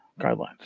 guidelines